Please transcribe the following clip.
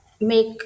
make